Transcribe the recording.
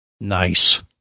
Nice